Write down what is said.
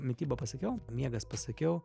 mityba pasakiau miegas pasakiau